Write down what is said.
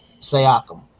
Sayakum